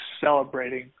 celebrating